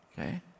Okay